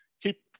keep